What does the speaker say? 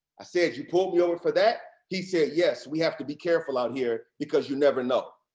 i say, you pulled me over for that? he said, yes, we have to be careful out here because you never know.